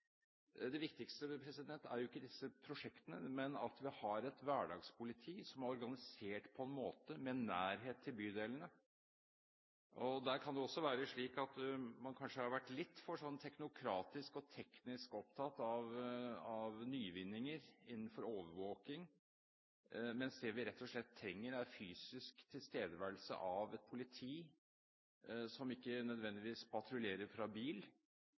Det viktigste er jo ikke disse prosjektene, men at vi har et hverdagspoliti som er organisert slik at de har nærhet til bydelene. Det kan også være slik at man kanskje har vært litt for teknokratiske og teknisk opptatt av nyvinninger innenfor overvåking, mens det vi rett og slett trenger, er fysisk tilstedeværelse av politi, som ikke nødvendigvis patruljerer fra bil,